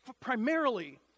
primarily